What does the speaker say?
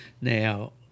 Now